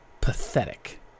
Pathetic